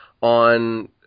on